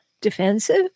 defensive